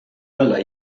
olla